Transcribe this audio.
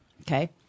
Okay